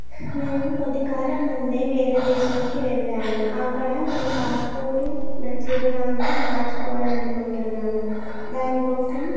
మేము కొద్దికాలం ముందే వేరే దేశానికి వెళ్ళాము అక్కడ మేము పాస్పోర్టు నా చిరునామా మార్చుకోవాలి అనుకుంటున్నాను దానికోసం